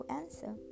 answer